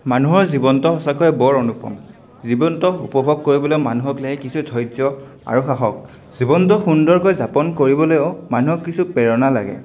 মানুহৰ জীৱনটো সঁচাকৈ বৰ অনুপম জীৱনটো উপভোগ কৰিবলৈ মানুহক লাগে কিছু ধৈৰ্য্য় আৰু সাহস জীৱনটো সুন্দৰকৈ যাপন কৰিবলৈও মানুহক কিছু প্ৰেৰণা লাগে